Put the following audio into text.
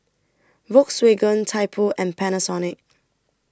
Volkswagen Typo and Panasonic